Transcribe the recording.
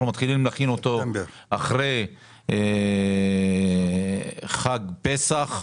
אנחנו מתחילים להכין אותו אחרי חג הפסח,